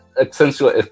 essential